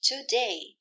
today